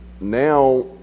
now